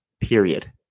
Period